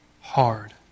Hard